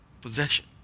possession